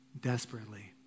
desperately